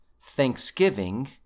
thanksgiving